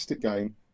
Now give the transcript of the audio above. game